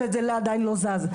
וזה עדיין לא זז.